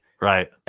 right